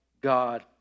God